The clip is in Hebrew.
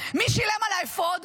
מי שילם על האפוד?